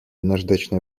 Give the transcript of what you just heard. наждачная